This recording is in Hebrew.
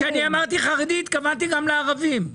כשאמרתי חרדים, התכוונתי גם לערבים...